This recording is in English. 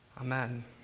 Amen